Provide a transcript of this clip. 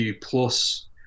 plus